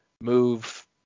move –